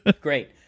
Great